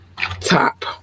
top